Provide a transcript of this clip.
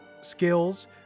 skills